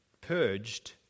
purged